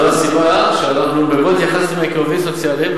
זו הסיבה שאנחנו גם התייחסנו אליהם כעובדים סוציאליים,